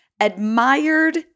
admired